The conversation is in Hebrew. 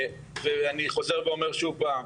ואני חוזר ואומר שוב פעם,